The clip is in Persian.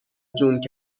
جون